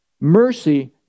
mercy